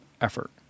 effort